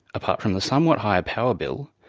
apart from the somewhat higher power bill,